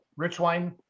Richwine